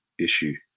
issue